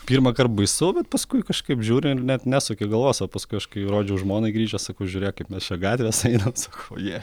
pirmąkart baisu bet paskui kažkaip žiūri net nesuki galvos o paskui aš kai rodžiau žmonai grįžęs sakau žiūrėk kaip mes čia gatvėse einam sakau jie